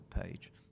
page